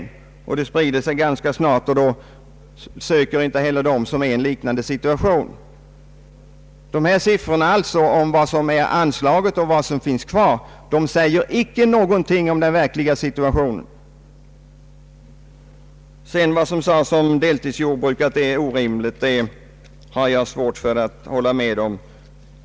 Uppgifter om sådant sprider sig, och sedan söker inte heller andra som är i en liknande situation. Uppgiften om anslagets storlek och vad som finns kvar säger alltså ingenting om den verkliga situationen. Jag har vidare svårt för att hålla med om att deltidsjordbruk är orimligt.